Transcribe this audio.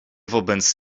wobec